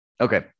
Okay